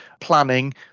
planning